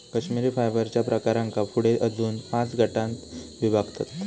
कश्मिरी फायबरच्या प्रकारांका पुढे अजून पाच गटांत विभागतत